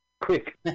Quick